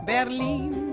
Berlin